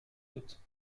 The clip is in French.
doute